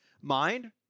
mind